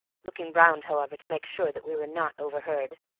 looking round, however, to make sure that we were not overheard.